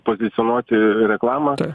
pozicionuoti re reklamą